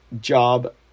job